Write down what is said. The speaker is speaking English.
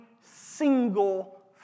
single